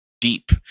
deep